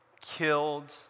killed